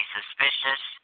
suspicious